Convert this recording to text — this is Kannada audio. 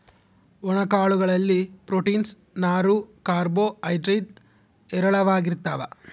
ಒಣ ಕಾಳು ಗಳಲ್ಲಿ ಪ್ರೋಟೀನ್ಸ್, ನಾರು, ಕಾರ್ಬೋ ಹೈಡ್ರೇಡ್ ಹೇರಳವಾಗಿರ್ತಾವ